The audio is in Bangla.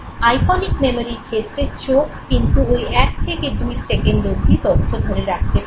আইকনিক মেমোরির ক্ষেত্রে চোখ কিন্তু ঐ এক থেকে দুই সেকেন্ড অবধি তথ্য ধরে রাখতে পারে